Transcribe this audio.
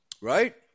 Right